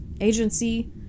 agency